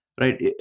right